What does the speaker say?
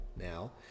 now